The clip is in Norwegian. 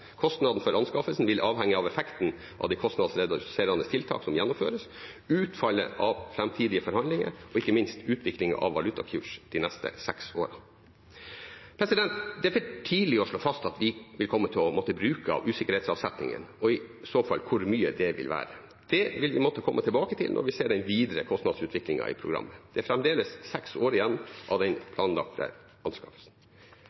Kostnaden for anskaffelsen vil avhenge av effekten av de kostnadsreduserende tiltak som gjennomføres, utfallet av framtidige forhandlinger og ikke minst utviklingen av valutakurs de neste seks årene. Det er for tidlig å slå fast at vi vil komme til å måtte bruke av usikkerhetsavsetningen, og i så fall hvor mye det vil være. Det vil vi måtte komme tilbake til når vi ser den videre kostnadsutviklingen i programmet. Det er fremdeles seks år igjen av den